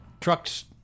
trucks